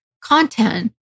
content